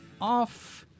off